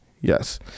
yes